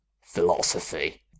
Philosophy